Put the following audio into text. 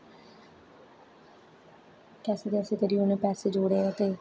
कैसे कैसे करैये उ'नें पैसे जोडे़